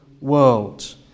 world